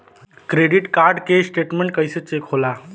Credit card के स्टेटमेंट कइसे चेक होला?